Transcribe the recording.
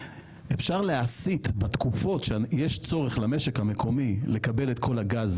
אפשר להסית בתקופות שיש צורך למשק המקומי לקבל את כל הגז,